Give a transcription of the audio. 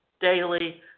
daily